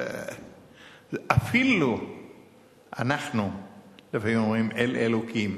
אפילו אנחנו לפעמים אומרים אל אלוקים.